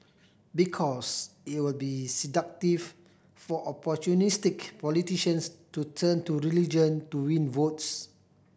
because it will be seductive for opportunistic politicians to turn to religion to win votes